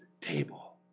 table